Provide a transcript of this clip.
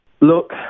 Look